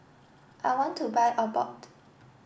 I want to buy Abbott